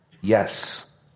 Yes